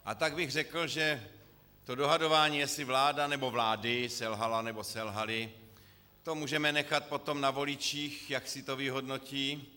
A tak bych řekl, že to dohadování, jestli vláda, nebo vlády, selhala, nebo selhaly, to můžeme nechat potom na voličích, jak si to vyhodnotí.